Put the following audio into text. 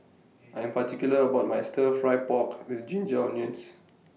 I Am particular about My Stir Fry Pork with Ginger Onions